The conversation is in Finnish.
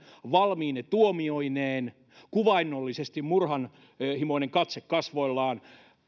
valmiine tuomioineen kuvaannollisesti murhanhimoinen katse kasvoillaan